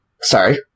Sorry